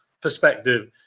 perspective